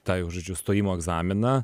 tą jau žodžiu stojimo egzaminą